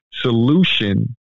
solution